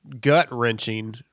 gut-wrenching